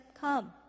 come